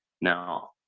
Now